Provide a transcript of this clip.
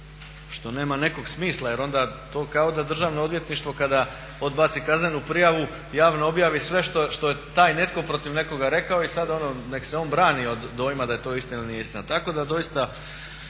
što nema nekog smisla. Jer onda to kao da državno odvjetništvo kada odbaci kaznenu prijavu javno objavi sve što je taj netko protiv nekoga rekao i sad nek se on brani od dojma da je to istina ili nije istina.